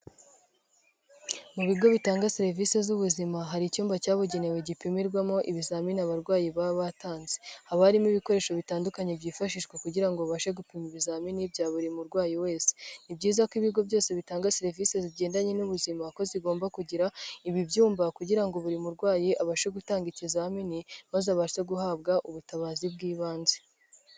Mu bigo bitanga serivisi z'ubuzima hari icyumba cyabugenewe gipimirwamo ibizamini abarwayi baba batanze, haba harimo ibikoresho bitandukanye byifashishwa kugira ngo bashe gupima ibizamini bya buri murwayi wese; ni byiza ko ibigo byose bitanga serivisi zigendanye n'ubuzima ko zigomba kugira ibi byumba kugira ngo buri murwayi abashe gutanga ikizamini maze abashe guhabwa ubutabazi bw'ibanze.